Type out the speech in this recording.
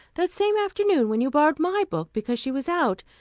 that same afternoon, when you borrowed my book because she was out,